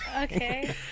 Okay